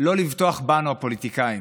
לא לבטוח בנו, הפוליטיקאים,